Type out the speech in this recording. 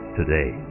today